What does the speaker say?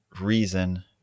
reason